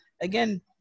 Again